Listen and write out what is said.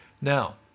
Now